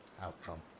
outcome